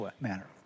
manner